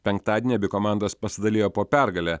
penktadienį abi komandos pasidalijo po pergalę